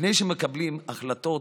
לפני שמקבלים החלטות